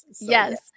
yes